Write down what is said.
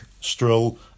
stroll